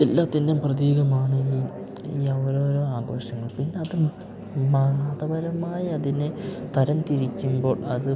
എല്ലാറ്റിൻ്റെ പ്രതീകമാണ് ഈ ഈ ഓരോരോ ആഘോഷങ്ങൾ പിന്നത് മതപരമായി അതിനെ തരം തിരിക്കുമ്പോൾ അത്